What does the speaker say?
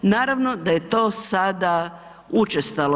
Naravno da je to sada učestalo.